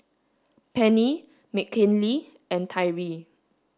Penni Mckinley and Tyree